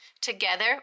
Together